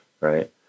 right